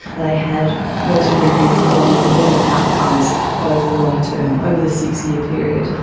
they had relatively uniformly poorer outcomes over the long term, over the six-year period.